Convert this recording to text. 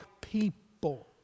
people